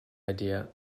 idea